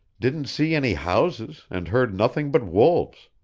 didn't see any houses and heard nothing but wolves.